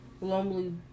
lonely